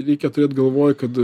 reikia turėt galvoj kad